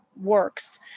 works